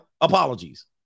Apologies